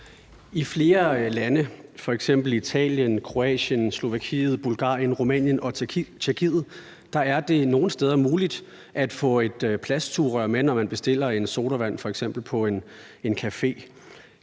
I flere lande, f.eks. Italien, Kroatien, Slovakiet, Bulgarien, Rumænien og Tjekkiet, er det nogle steder muligt at få et plastsugerør med, når man f.eks. bestiller en sodavand på en café.